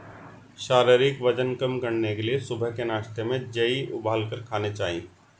शारीरिक वजन कम करने के लिए सुबह के नाश्ते में जेई उबालकर खाने चाहिए